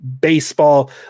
baseball